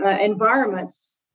environments